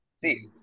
See